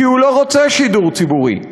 כי הוא לא רוצה שידור ציבורי.